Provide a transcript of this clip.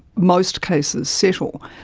most cases settle.